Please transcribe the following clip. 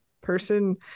person